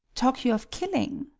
talk you of killing?